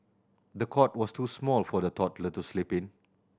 the cot was too small for the toddler to sleep in